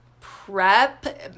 prep